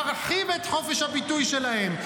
נרחיב את חופש הביטוי שלהם,